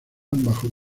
bajo